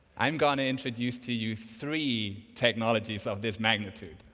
i'm going to introduce to you three technologies of this magnitude,